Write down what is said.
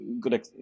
good